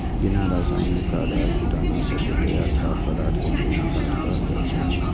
बिना रासायनिक खाद आ कीटनाशक के तैयार खाद्य पदार्थ कें जैविक खाद्य कहल जाइ छै